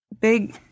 big